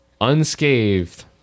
unscathed